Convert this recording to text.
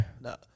No